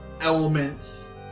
elements